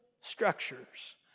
structures